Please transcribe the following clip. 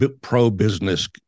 pro-business